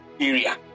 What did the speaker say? area